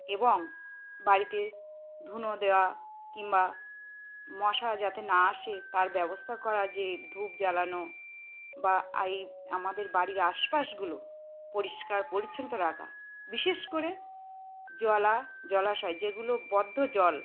এবং বাড়িতে ধুনো দেওয়া কিংবা মশা যাতে না আসে তার ব্যবস্থা করা যে ধূপ জ্বালানো বা এই আমাদের বাড়ির আশপাশগুলো পরিষ্কার পরিচ্ছন্ন রাখা বিশেষ করে জলা জলাশয় যেগুলো বদ্ধ জল